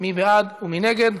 מי בעד ומי נגד?